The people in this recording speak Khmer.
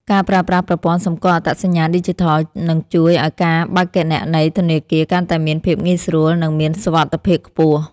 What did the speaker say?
ការប្រើប្រាស់ប្រព័ន្ធសម្គាល់អត្តសញ្ញាណឌីជីថល នឹងជួយឱ្យការបើកគណនីធនាគារកាន់តែមានភាពងាយស្រួលនិងមានសុវត្ថិភាពខ្ពស់។